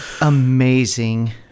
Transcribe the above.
amazing